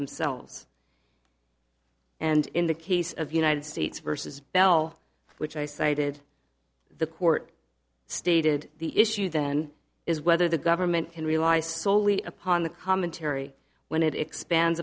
themselves and in the case of united states versus bell which i cited the court stated the issue then is whether the government can rely solely upon the commentary when it expand